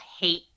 hate